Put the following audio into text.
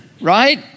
right